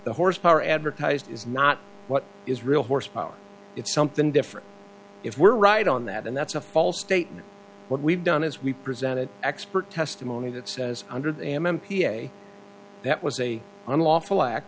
the horsepower advertised is not what is real horsepower it's something different if we're right on that and that's a false statement what we've done is we presented expert testimony that says under the am m p a that was a unlawful act